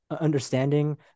understanding